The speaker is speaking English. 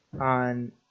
on